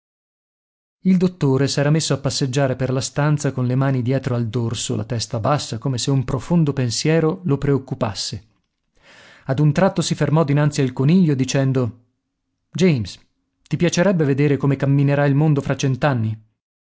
il dottore s'era messo a passeggiare per la stanza con le mani dietro al dorso la testa bassa come se un profondo pensiero lo preoccupasse ad un tratto si fermò dinanzi al coniglio dicendo james ti piacerebbe vedere come camminerà il mondo fra